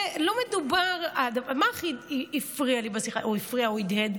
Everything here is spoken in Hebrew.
מה הכי הפריע לי בשיחה, או הדהד?